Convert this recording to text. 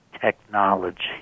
technology